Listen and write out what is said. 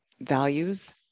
values